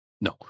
No